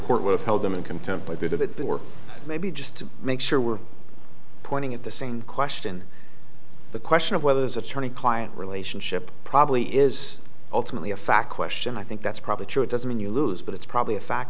court would have held them in contempt by that of it or maybe just to make sure we're pointing at the same question the question of whether this attorney client relationship probably is ultimately a fact question i think that's probably true it doesn't mean you lose but it's probably a fact